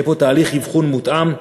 ויהיה פה תהליך אבחון מותאם,